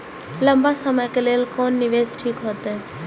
लंबा समय के लेल कोन निवेश ठीक होते?